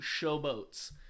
Showboats